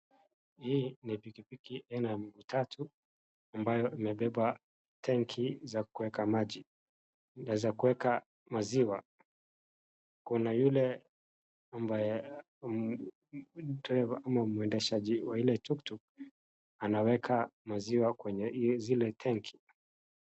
Hii ni pikipiki aina ya matatu ambayo limebeba tenki za kuweka maji, na za kuweka maziwa. Kuna yule ambaye driver ama mwendeshaji wa ile tuktuk , anaweka maziwa kwenye zile tenki.